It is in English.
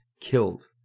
killed